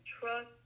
trust